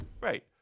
right